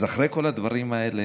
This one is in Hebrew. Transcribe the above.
אז אחרי כל הדברים האלה,